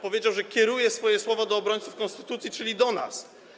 Powiedział, że kieruje swoje słowa do obrońców konstytucji, czyli do nas.